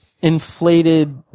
inflated